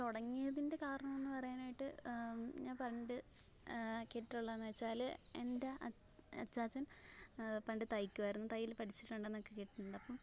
തുടങ്ങിയതിൻ്റെ കാരണം എന്ന് പറയാനായിട്ട് ഞാൻ പണ്ട് കേട്ടിട്ടുള്ളതെന്ന് വച്ചാൽ എൻ്റെ അച്ചാച്ചൻ പണ്ട്ത യ്ക്കുമായിരുന്നു തയ്യൽ പഠിച്ചിട്ടുണ്ട് എന്നൊക്കെ കേട്ടിട്ടുണ്ട് അപ്പം